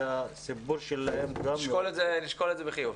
שהסיפור שלהם הוא --- בסדר.